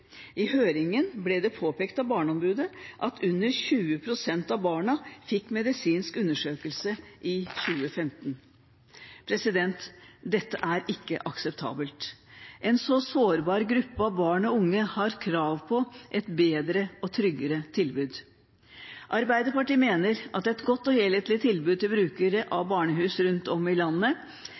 I høringen ble det påpekt av barneombudet at under 20 pst. av barna fikk medisinsk undersøkelse i 2015. Dette er ikke akseptabelt. En så sårbar gruppe av barn og unge har krav på et bedre og tryggere tilbud. Arbeiderpartiet mener at et godt og helhetlig tilbud til brukere av barnehus rundt om i landet